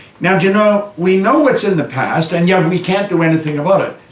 now, do you know, we know what's in the past, and yet, and we can't do anything about it.